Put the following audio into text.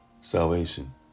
salvation